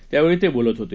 त्यावेळी ते बोलत होते